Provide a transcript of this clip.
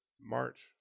March